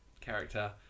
character